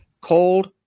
cold